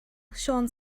siôn